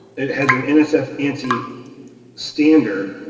it has an and nsf ansi standard,